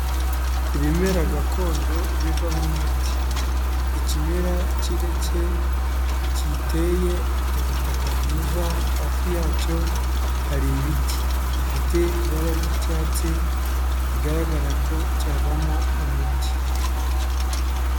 Ibimera gakondo bivamo umuti, ikimera cy'irecye giteye mu butaka bwiza, hafi yacyo hari ibiti, gifite ibara ry'icyatsi bigaragara ko cyavamo umuti.